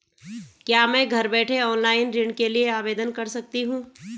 क्या मैं घर बैठे ऑनलाइन ऋण के लिए आवेदन कर सकती हूँ?